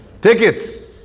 Tickets